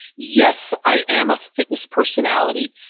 yes, i am a fitness personality.